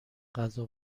غذا